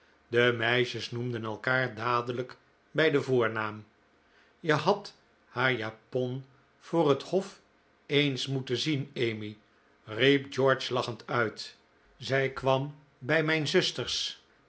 de meisjes noemden elkaar dadelijk bij den voornaam e had haar japon voor het hof eens moeten zien emmy riep george lachend uit zij kwam bij mijn zusters